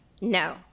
No